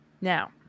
Now